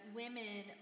women